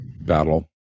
battle